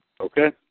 Okay